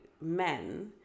men